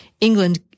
England